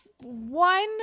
one